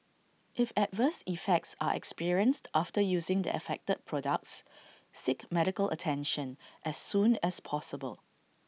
if adverse effects are experienced after using the affected products seek medical attention as soon as possible